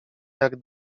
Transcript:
jak